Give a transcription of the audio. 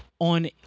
on